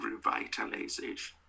revitalization